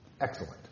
Excellent